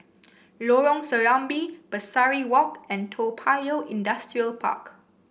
Lorong Serambi Pesari Walk and Toa Payoh Industrial Park